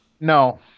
No